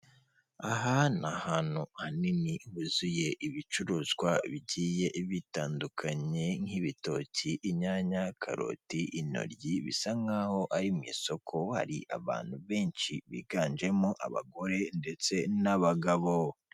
Aha ni ahantu hanini, huzuye ibicuruzwa bigiye bitandukanye, nk'ibitoki, inyanya, karoti, intoryi, bisa nk'aho ari mu isoko, hari abantu benshi biganjemo abagore ndetse n'abagabo.